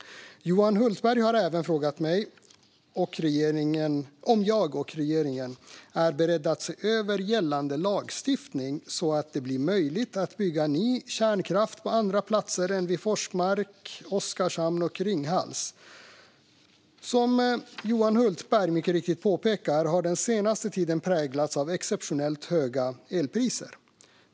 Johan Hultberg har även frågat mig om jag och regeringen är beredda att se över gällande lagstiftning så att det blir möjligt att bygga ny kärnkraft på andra platser än vid Forsmark, Oskarshamn och Ringhals. Som Johan Hultberg mycket riktigt påpekar har den senaste tiden präglats av exceptionellt höga elpriser.